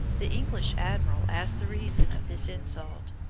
the english admiral asked the reason of this insult,